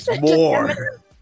more